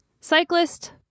cyclist